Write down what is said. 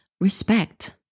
respect